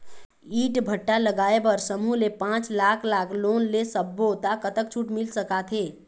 ईंट भट्ठा लगाए बर समूह ले पांच लाख लाख़ लोन ले सब्बो ता कतक छूट मिल सका थे?